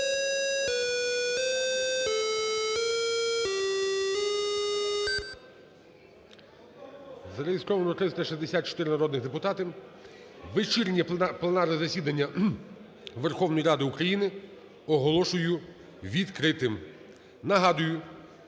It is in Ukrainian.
3ареєстровано 364 народних депутати. вечірнє пленарне засідання Верховної Ради України оголошую відкритим. Нагадую,